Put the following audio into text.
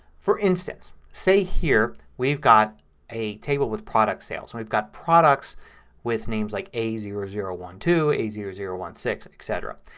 for instance, say here we've a table with product sales. we've got products with names like a zero zero one two, a zero zero one six, etc.